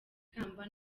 ikamba